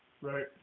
Right